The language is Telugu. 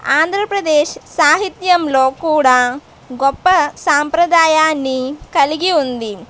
ఆంధ్రప్రదేశ్ సాహిత్యంలో కూడా గొప్ప సాంప్రదాయాన్ని కలిగి ఉంది